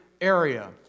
area